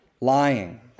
lying